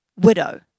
widow